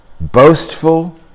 boastful